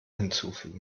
hinzufügen